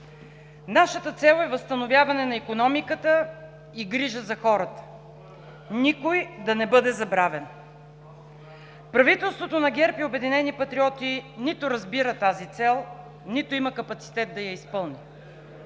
Нашата цел е възстановяване на икономиката и грижа за хората. Никой да не бъде забравен! Правителството на ГЕРБ и „Обединени патриоти“ нито разбира тази цел, нито има капацитет да я изпълни.